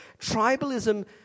Tribalism